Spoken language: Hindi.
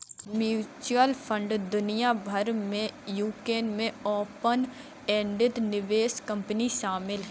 म्यूचुअल फंड दुनिया भर में यूके में ओपन एंडेड निवेश कंपनी शामिल हैं